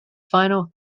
final